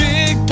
Big